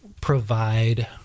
provide